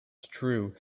through